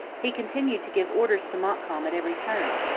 he continued to give orders to montcalm at every turn.